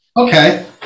Okay